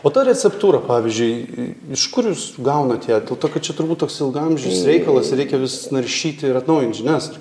o ta receptūra pavyzdžiui iš kur jūs gaunat ją dėl to kad čia turbūt toks ilgaamžis reikalas ir reikia vis naršyti ir atnaujint žinias